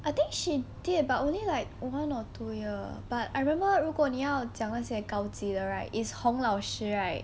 I think she did but only like one or two year but I remember 如果你要讲那些高级的 right is 洪老师 right